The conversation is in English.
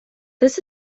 this